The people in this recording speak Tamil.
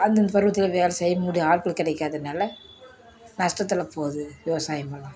அந்தந்த பருவத்தில் வேலை செய்யக்கூடிய ஆட்கள் கிடைக்காததுனால நஷ்டத்தில் போது விவசாயமெல்லாம்